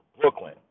Brooklyn